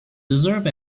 deserve